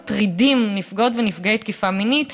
מטרידים נפגעות ונפגעי תקיפה מינית,